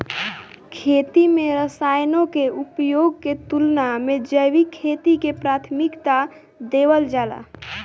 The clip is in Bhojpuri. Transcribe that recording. खेती में रसायनों के उपयोग के तुलना में जैविक खेती के प्राथमिकता देवल जाला